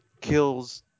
kills